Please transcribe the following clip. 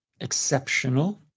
exceptional